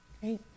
great